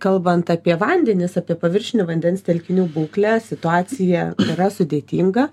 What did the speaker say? kalbant apie vandenis apie paviršinių vandens telkinių būklę situacija yra sudėtinga